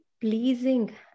pleasing